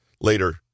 Later